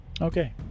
Okay